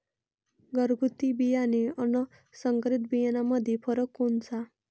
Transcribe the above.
घरगुती बियाणे अन संकरीत बियाणामंदी फरक कोनचा?